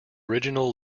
original